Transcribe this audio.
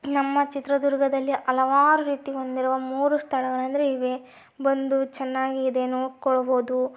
ನಮ್ಮ ಚಿತ್ರದುರ್ಗದಲ್ಲಿ ಹಲವಾರು ರೀತಿ ಹೊಂದಿರುವ ಮೂರು ಸ್ಥಳಗಳೆಂದರೆ ಇವೆ ಬಂದು ಚೆನ್ನಾಗಿ ಇದೆ ನೋಡ್ಕೊಳ್ಬೋದು